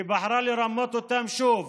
היא בחרה לרמות אותם שוב